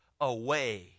away